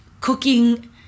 cooking